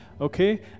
okay